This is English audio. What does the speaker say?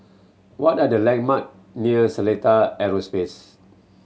what are the landmark near Seletar Aerospace